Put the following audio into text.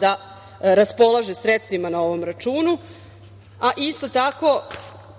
da raspolaže sredstvima na ovom računu. Isto tako,